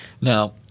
Now